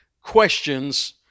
questions